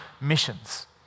missions